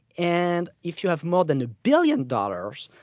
and if you have more than a billion dollars,